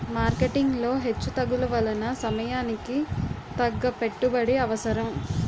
marketing లో హెచ్చుతగ్గుల వలన సమయానికి తగ్గ పెట్టుబడి అవసరం